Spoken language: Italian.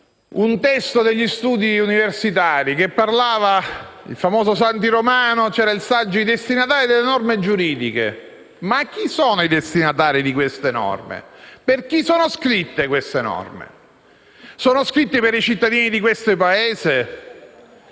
un testo degli studi universitari - il famoso saggio di Santi Romano - che parlava dei destinatari delle norme giuridiche. Chi sono i destinatari di queste norme? Per chi sono scritte queste norme? Sono scritte per i cittadini di questo Paese?